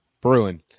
bruin